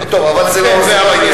טוב, אבל זה לא לעניין.